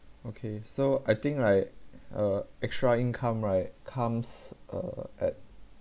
okay so I think like uh extra income right comes uh at